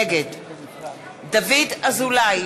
נגד דוד אזולאי,